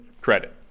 credit